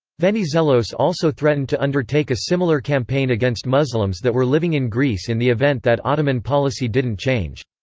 venizelos also threatened to undertake a similar campaign against muslims that were living in greece in the event that ottoman policy didn't change.